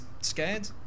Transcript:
scared